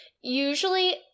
usually